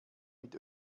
mit